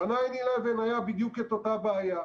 ב-Nine Eleven הייתה בדיוק את אותה בעיה,